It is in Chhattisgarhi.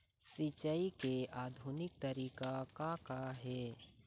सिचाई के आधुनिक तरीका का का हे?